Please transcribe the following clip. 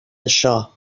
això